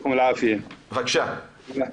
בבקשה.